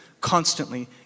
constantly